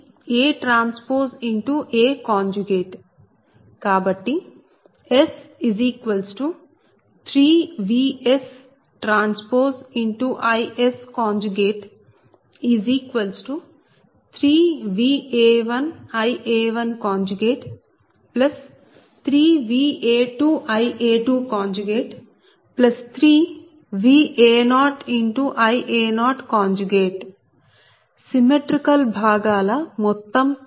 కాబట్టి S3VsTIs3 Va1Ia13Va2 Ia23Va0Ia0 symmetrical భాగాల మొత్తం పవర్